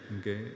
okay